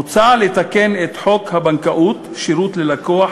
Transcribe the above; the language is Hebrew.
מוצע לתקן את חוק הבנקאות (שירות ללקוח),